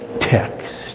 text